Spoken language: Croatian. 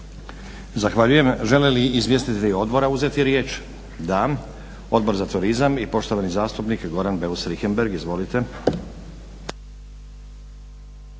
Zahvaljujem. Žele li izvjestitelji odbora uzeti riječ? Da. Odbor za turizam i poštovani zastupnik Goran Beus Richembergh. Izvolite.